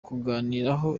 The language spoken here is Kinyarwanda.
kuganiraho